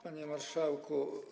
Panie Marszałku!